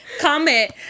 Comment